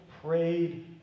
prayed